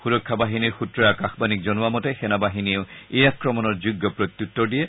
সূৰক্ষা বাহিনী সূত্ৰই আকাশবাণীক জনোৱা মতে সেনা বাহিনীয়েও এই আক্ৰমণৰ যোগ্য প্ৰত্যুত্তৰ দিয়ে